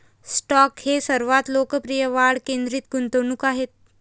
stock हे सर्वात लोकप्रिय वाढ केंद्रित गुंतवणूक आहेत